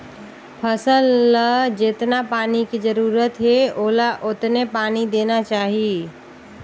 फसल ल जेतना पानी के जरूरत हे ओला ओतने पानी देना चाही